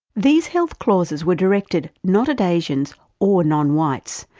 these health clauses were directed not at asians or non-whites,